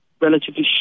relatively